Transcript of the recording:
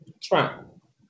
Trump